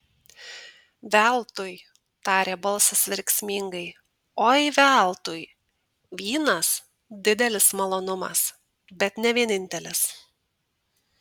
veltui tarė balsas verksmingai oi veltui vynas didelis malonumas bet ne vienintelis